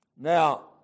Now